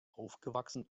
aufgewachsen